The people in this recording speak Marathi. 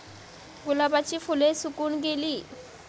गुलाबाची फुले सुकून गेली